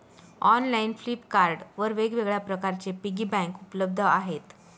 online Flipkart वर वेगवेगळ्या प्रकारचे पिगी बँक उपलब्ध आहेत